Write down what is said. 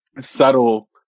subtle